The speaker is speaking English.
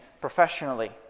professionally